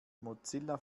mozilla